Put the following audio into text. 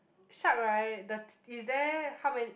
shark right the is there how many